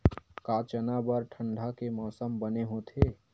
का चना बर ठंडा के मौसम बने होथे?